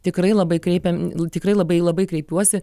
tikrai labai kreipiam tikrai labai labai kreipiuosi